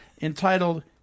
entitled